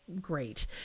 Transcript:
great